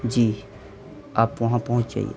جی آپ وہاں پہنچ جائیے